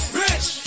rich